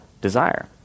desire